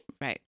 Right